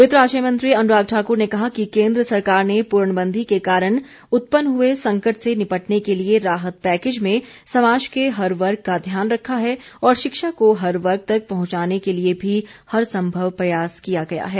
वित्त राज्य मंत्री अनुराग ठाकुर ने कहा कि केन्द्र सरकार ने पूर्णबंदी के कारण उत्पन्न हुए संकट से निपटने के लिए राहत पैकेज में समाज के हर वर्ग का ध्यान रखा है और शिक्षा को हर वर्ग तक पहुंचाने के लिए भी हरसंभव प्रयास किया गया है